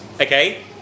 Okay